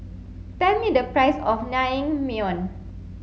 tell me the price of Naengmyeon